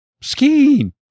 skiing